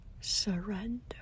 surrender